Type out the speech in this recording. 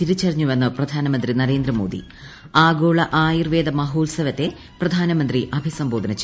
തിരിച്ചറിഞ്ഞുവെന്ന് പ്രധാനമന്ത്രി നരേന്ദ്രമോദി ആഗോള ആയുർവേദ മഹോത്സവത്തെ പ്രധാനമന്ത്രി അഭിസംബോധന ചെയ്തു